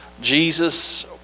Jesus